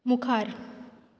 मुखार